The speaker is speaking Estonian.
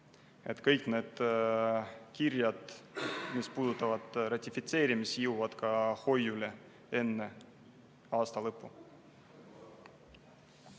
kõik need kirjad, mis puudutavad ratifitseerimisi, jõuavad ka hoiule enne aasta lõppu.